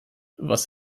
was